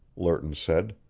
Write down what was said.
lerton said.